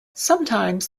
sometimes